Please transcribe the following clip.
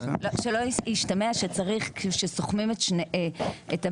אנחנו חשבנו שצריך את הגבוה